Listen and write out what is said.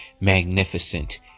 magnificent